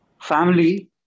family